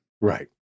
Right